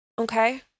Okay